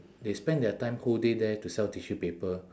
they spend their time whole day there to sell tissue paper